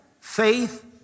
faith